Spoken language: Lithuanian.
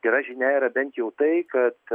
gera žinia yra bent jau tai kad